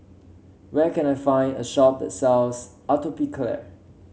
where can I find a shop sells Atopiclair